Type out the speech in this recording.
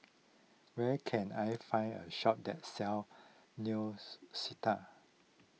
where can I find a shop that sells Neostrata